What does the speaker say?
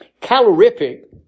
Calorific